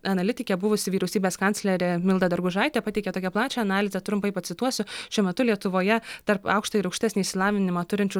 analitikė buvusi vyriausybės kanclerė milda dargužaitė pateikia tokią plačią analizę trumpai pacituosiu šiuo metu lietuvoje tarp aukštą ir aukštesnį išsilavinimą turinčių